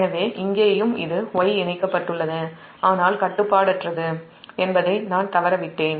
எனவே இங்கேயும் இது Y இணைக்கப்பட்டுள்ளது ஆனால் கட்டுப்பாடற்றது என்பதை நான் தவறவிட்டேன்